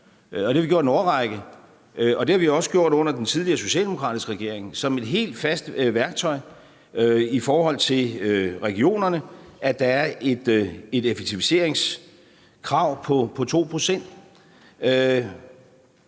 det har man også gjort under den socialdemokratiske regering. Det er et helt fast værktøj i forhold til regionerne, at der er et effektiviseringskrav på 2 pct.